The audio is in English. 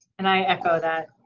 and i echo that.